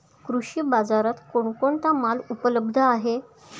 कृषी बाजारात कोण कोणता माल उपलब्ध आहे?